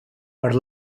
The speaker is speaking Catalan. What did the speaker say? per